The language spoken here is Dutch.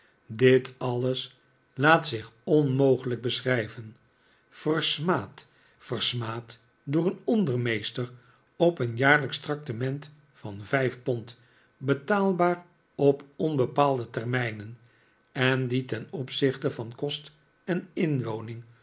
dit alles laat zich onmogelijk beschrijven versmaad versmaad door een ondermeester op een jaarlijksch traktement van vijf pond betaalbaar op onbepaalde termijnen en die ten opzichte van kost en